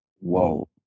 Whoa